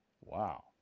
Wow